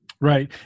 Right